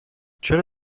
چرا